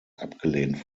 abgelehnt